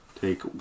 take